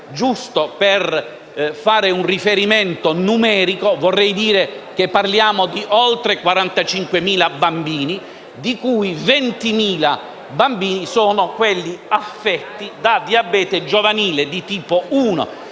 Giusto per dare un riferimento numerico, vorrei precisare che parliamo di oltre 45.000 bambini, di cui 20.000 affetti da diabete giovanile di tipo